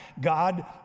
God